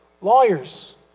lawyers